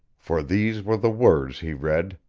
for these were the words he read